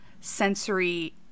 sensory